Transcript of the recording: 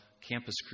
Campus